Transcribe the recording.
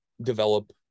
develop